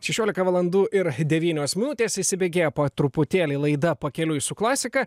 šešiolika valandų ir devynios minutės įsibėgėja po truputėlį laida pakeliui su klasika